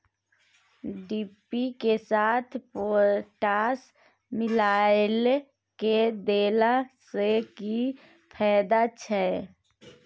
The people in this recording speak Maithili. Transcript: डी.ए.पी के साथ पोटास मिललय के देला स की फायदा छैय?